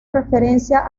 referencia